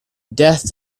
death